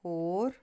ਹੋਰ